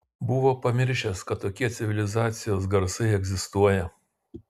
buvo pamiršęs kad tokie civilizacijos garsai egzistuoja